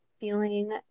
feeling